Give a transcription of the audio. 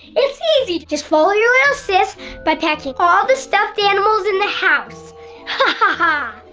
it's easy just follow your lil sis by packing all the stuffed animals in the house hahaha!